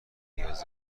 نیاز